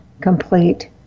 complete